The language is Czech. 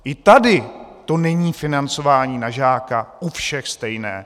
I tady to není financování na žáka u všech stejné.